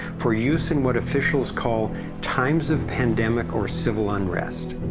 for use in what officials call times of pandemic or civil unrest.